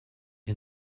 dvd